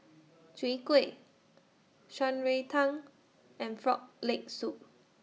Chwee Kueh Shan Rui Tang and Frog Leg Soup